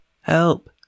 help